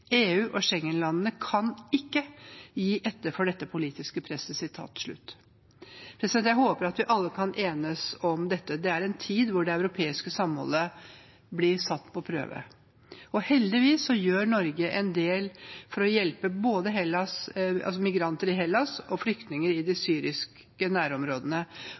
EU- og Schengen-landene kan ikke gi etter for det politiske presset.» Jeg håper vi alle kan enes om dette. Dette er en tid hvor det europeiske samholdet blir satt på prøve. Heldigvis gjør Norge en del for å hjelpe både migranter i Hellas og flyktninger i de syriske nærområdene.